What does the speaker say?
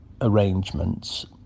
arrangements